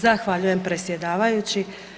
Zahvaljujem predsjedavajući.